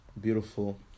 beautiful